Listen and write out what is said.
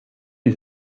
die